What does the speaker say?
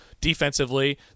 defensively